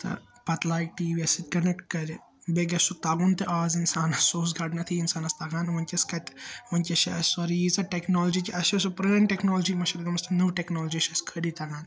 تہٕ پَتہٕ لاگہِ ٹی وی یَس سٍتۍ کَنیکٹ کَرِ بیٚیہِ گژھِ سُہ تَگُن تہِ اَز اِنسانَس سُہ اوس گۄڈنیٚتھٕے اِنسانَس تَگان وُنکیٚس کَتہِ وُنکیٚس چھِ اَسہِ سورُے ییٖژاہ ٹیکنالجی چھِ اَسہِ چھِ سُہ پرٛٲنۍ ٹیکنالجی مٔشِتھ گٲمٕژ تہٕ نوٚو ٹیکنالجی چھِ اَسہِ خٲلی تَگان